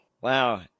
Wow